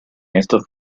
estos